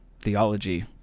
theology